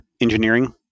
engineering